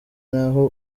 naho